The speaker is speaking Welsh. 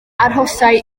arhosai